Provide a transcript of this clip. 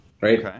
right